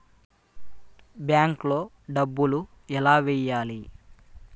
బ్యాంక్లో డబ్బులు ఎలా వెయ్యాలి?